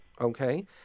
okay